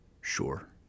Sure